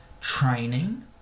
training